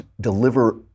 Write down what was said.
deliver